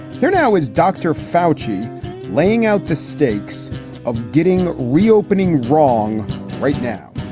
here now is dr. foushee laying out the stakes of getting reopening wrong right now,